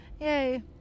Yay